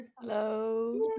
hello